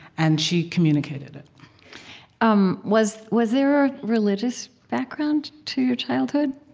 and she communicated it um was was there a religious background to your childhood?